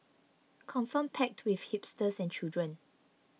confirm packed with hipsters and children